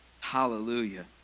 hallelujah